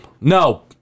No